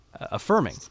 affirming